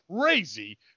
crazy